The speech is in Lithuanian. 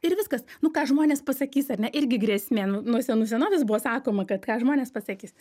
ir viskas nu ką žmonės pasakys ar ne irgi grėsmė nu nuo senų senovės buvo sakoma kad ką žmonės pasakys